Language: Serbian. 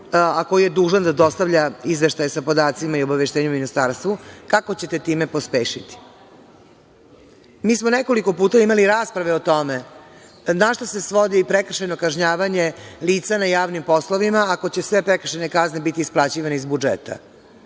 a koji je dužan da dostavlja izveštaje sa podacima i obaveštenjima ministarstvu, kako ćete time pospešiti? Mi smo nekoliko puta imali rasprave o tome na šta se svodi prekršajno kažnjavanje lica na javnim poslovima ako će sve prekršajne kazne biti isplaćivane iz budžeta.